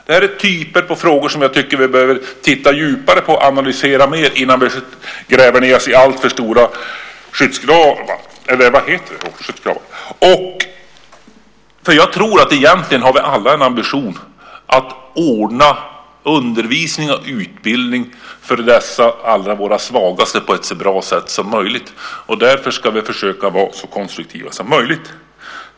Det är frågor vi behöver titta djupare på och analysera mer innan vi gräver ned oss i alltför stora skyttegravar. Egentligen har vi alla en ambition att ordna undervisningen och utbildningen för dessa alla våra svagaste på ett så bra sätt som möjligt. Därför ska vi försöka vara så konstruktiva som möjligt.